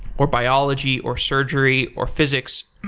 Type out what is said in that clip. or biology, or surgery, or physics,